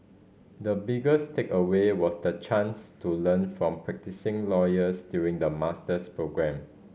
the biggest takeaway was the chance to learn from practising lawyers during the master's programme